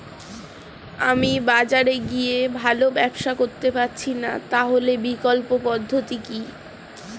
আমি বাজারে গিয়ে ভালো ব্যবসা করতে পারছি না তাহলে বিকল্প পদ্ধতি কি?